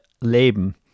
Leben